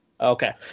Okay